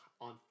on